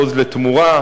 "עוז לתמורה",